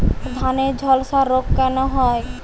ধানে ঝলসা রোগ কেন হয়?